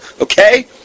Okay